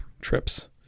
trips